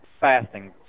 fasting